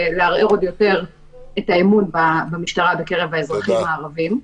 ולערער עוד יותר את האמון במשטרה בקרב האזרחים הערביים.